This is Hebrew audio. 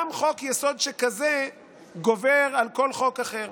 גם חוק-יסוד שכזה גובר על חוק אחר.